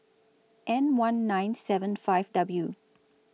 N one nine seven five W